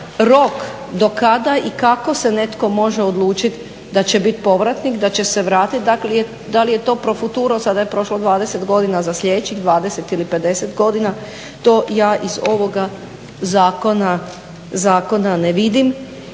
rok do kada i kako se netko može odlučiti da će biti povratnik, da će se vratiti. Da li je to pro futuro? Sada je prošlo 20 godina za sljedećih 20 ili 50 godina to ja iz ovoga zakona ne vidim.